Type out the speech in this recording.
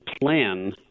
plan